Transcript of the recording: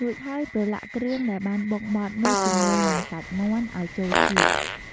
រួចហើយប្រឡាក់គ្រឿងដែលបានបុកម៉ដ្ឋនោះជាមួយនិងសាច់មាន់ឱ្យចូលជាតិ